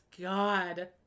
God